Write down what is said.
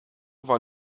war